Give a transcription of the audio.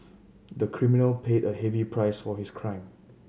the criminal paid a heavy price for his crime